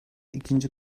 ikinci